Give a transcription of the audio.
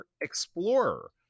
Explorer